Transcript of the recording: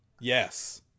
Yes